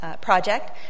project